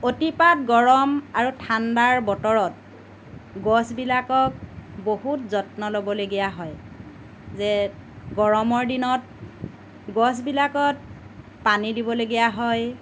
অতিপাত গৰম আৰু ঠাণ্ডাৰ বতৰত গছবিলাকক বহুত যত্ন ল'বলগীয়া হয় যে গৰমৰ দিনত গছবিলাকত পানী দিবলগীয়া হয়